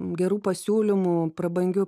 gerų pasiūlymų prabangių